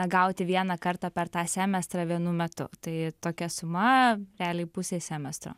gauti vieną kartą per tą semestrą vienu metu tai tokia suma realiai pusė semestro